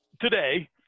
today